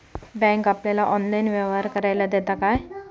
Bank आपल्याला online व्यवहार करायला देता काय?